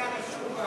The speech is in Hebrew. עוד יומיים.